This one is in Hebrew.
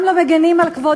גם לא מגינים על כבודן,